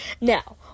Now